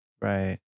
Right